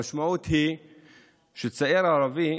המשמעות היא שצעיר ערבי,